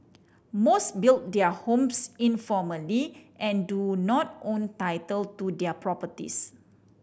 most built their homes informally and do not own title to their properties